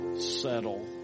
settle